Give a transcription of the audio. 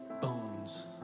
bones